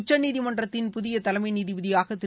உச்சநீதிமன்றத்தின் புதிய தலைமை நீதிபதியாக திரு